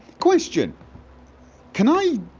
question can i?